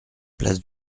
place